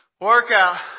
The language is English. workout